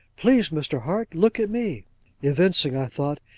please, mr. hart, look at me evincing, i thought,